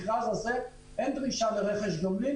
אין דרישה לרכש גומלין.